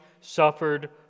suffered